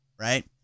right